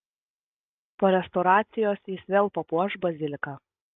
po restauracijos jis vėl papuoš baziliką